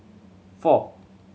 four